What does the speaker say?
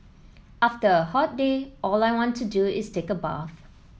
after a hot day all I want to do is take a bath